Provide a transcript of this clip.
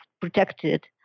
protected